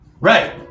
Right